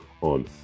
on